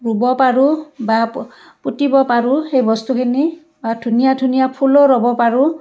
ৰুব পাৰোঁ বা পু পুতিব পাৰোঁ সেই বস্তুখিনি বা ধুনীয়া ধুনীয়া ফুলো ৰুব পাৰোঁ